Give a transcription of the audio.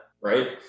right